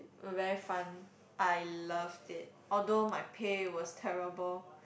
very fun I loved it although my pay was terrible